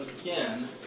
again